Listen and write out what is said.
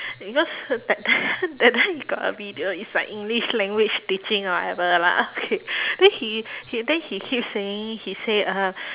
because th~ that time that time he got a video is like english language teaching whatever lah okay then he he then he keep saying he say uh